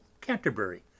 Canterbury